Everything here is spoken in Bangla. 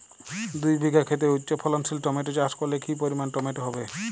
দুই বিঘা খেতে উচ্চফলনশীল টমেটো চাষ করলে কি পরিমাণ টমেটো হবে?